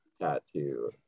tattoo